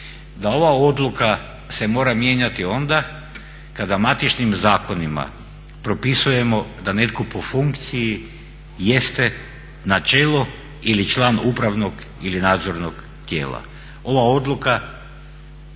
da ova odluka se mora mijenjati onda kada matičnim zakonima propisujemo da netko po funkciji jeste na čelu ili član upravnog ili nadzornog tijela. Ova odluka